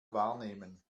wahrnehmen